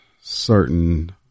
certain